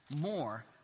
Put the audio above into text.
more